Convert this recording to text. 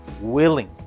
willing